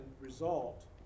result